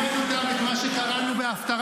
מה עם שר הביטחון